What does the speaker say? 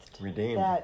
Redeemed